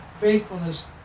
faithfulness